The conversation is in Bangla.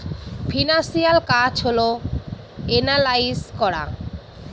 ফিনান্সিয়াল কাজ হল এনালাইজ করা